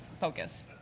focus